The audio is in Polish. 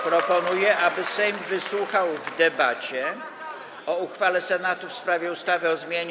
Proponuję, aby Sejm wysłuchał w debacie o uchwale Senatu w sprawie ustawy o zmianie